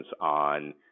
on